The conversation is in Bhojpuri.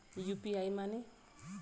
यू.पी.आई माने?